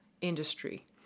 industry